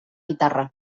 guitarra